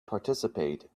participate